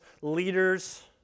leaders